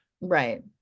right